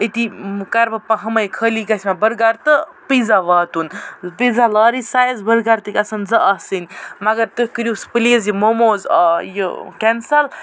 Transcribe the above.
أتی کَرٕ بہٕ ہَمٕے خٲلی گژھِ مےٚ بٔرگَر تہٕ پیٖزا واتُن پیٖزا لارٕج سایِز بٔرگَر تہِ گژھن زٕ آسٕنۍ مگر تُہۍ کٔرِو سُہ پٕلیٖز یہِ موموز یہِ کٮ۪نسَل